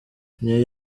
niyo